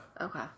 Okay